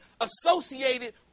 associated